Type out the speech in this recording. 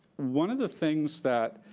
one of the things that,